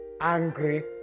angry